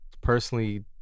personally